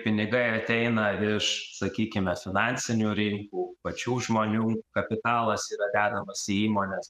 pinigai ateina iš sakykime finansinių rinkų pačių žmonių kapitalas yra dedamas į įmones